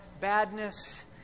badness